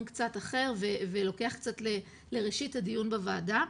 קצת אחר ולוקח קצת לראשית הדיון בוועדה.